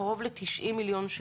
קרוב ל-90 מיליון שקל.